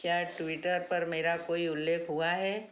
क्या ट्विटर पर मेरा कोई उल्लेख हुआ है